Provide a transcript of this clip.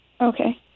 Okay